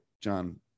John